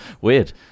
Weird